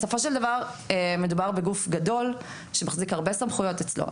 מדובר בגוף גדול שמחזיק הרבה סמכויות אצלו.